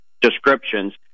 descriptions